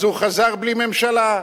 הוא חזר בלי ממשלה.